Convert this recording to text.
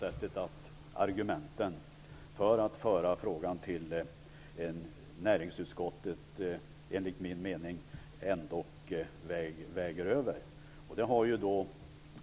Men argumenten för att föra frågan till näringsutskottet väger ändå över enligt min mening.